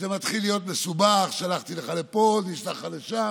זה מתחיל להיות מסובך: שלחנו לך לפה, נשלח לך לשם,